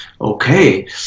Okay